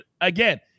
Again